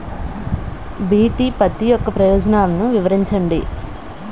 BT పత్తి యొక్క ప్రయోజనాలను వివరించండి?